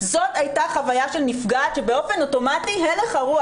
זאת הייתה חוויה של נפגעת שבאופן אוטומטי הלך הרוח,